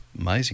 Amazing